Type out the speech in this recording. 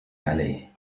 عليه